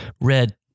red